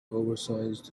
oversized